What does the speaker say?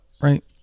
right